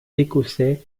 écossais